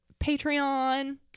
Patreon